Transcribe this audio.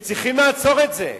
וצריכים לעצור את זה,